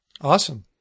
Awesome